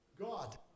God